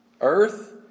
earth